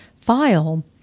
file